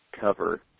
cover